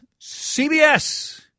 CBS